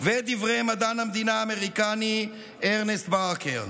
ודברי מדען המדינה האמריקני ארנסט ברקר.